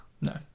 No